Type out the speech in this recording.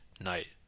Night